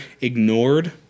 ignored